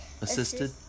assisted